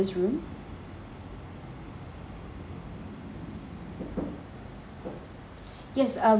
yeah uh we have